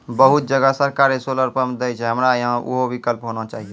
बहुत जगह सरकारे सोलर पम्प देय छैय, हमरा यहाँ उहो विकल्प होना चाहिए?